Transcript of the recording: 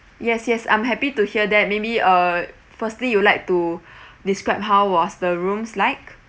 yes yes I'm happy to hear that maybe uh firstly you'd like to describe how was the rooms like